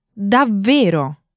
Davvero